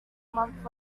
month